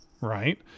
right